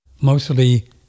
Mostly